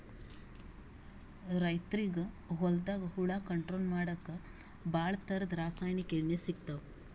ರೈತರಿಗ್ ಹೊಲ್ದಾಗ ಹುಳ ಕಂಟ್ರೋಲ್ ಮಾಡಕ್ಕ್ ಭಾಳ್ ಥರದ್ ರಾಸಾಯನಿಕ್ ಎಣ್ಣಿ ಸಿಗ್ತಾವ್